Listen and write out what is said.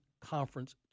Conference